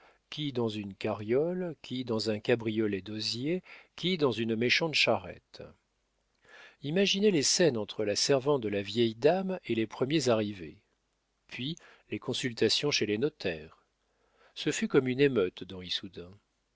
qui dans une carriole qui dans un cabriolet d'osier qui dans une méchante charrette imaginez les scènes entre la servante de la vieille dame et les premiers arrivés puis les consultations chez les notaires ce fut comme une émeute dans